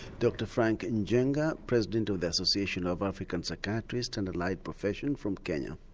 dr frank and njenga, president of the association of african psychiatrists and allied professions, from kenya.